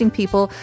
people